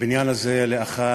לבניין הזה לאחר